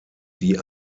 die